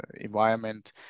environment